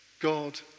God